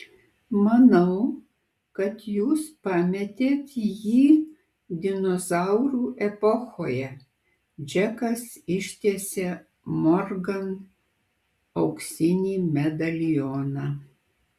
manau kad jūs pametėt jį dinozaurų epochoje džekas ištiesė morgan auksinį medalioną